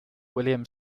william